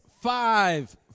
five